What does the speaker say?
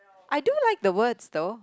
I do like the words though